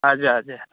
हजुर हजुर